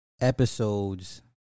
episodes